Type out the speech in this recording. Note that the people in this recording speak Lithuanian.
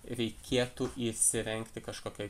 reikėtų įsirengti kažkokią